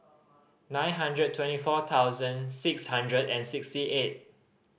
nine hundred twenty four thousand six hundred and sixty eight